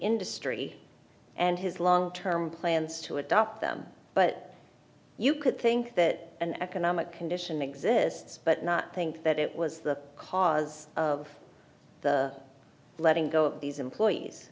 industry and his long term plans to adopt them but you could think that an economic condition exists but not think that it was the cause of the letting go of these employees